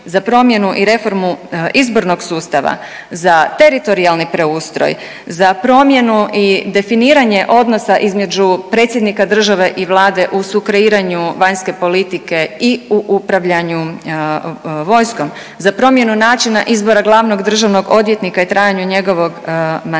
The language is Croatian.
za promjenu i reformu izbornog sustava, za teritorijalni preustroj, za promjenu i definiranje odnosa između predsjednika države i Vlade u sukreiranju vanjske politike i u upravljanju vojskom, za promjenu načina izbora glavnog državnog odvjetnika i trajanju njegovog mandata.